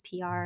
PR